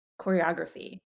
choreography